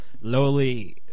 lowly